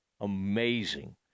amazing